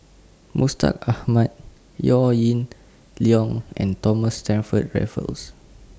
Mustaq Ahmad Yaw Ying Leong and Thomas Stamford Raffles